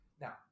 Now